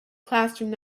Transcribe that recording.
classroom